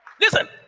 listen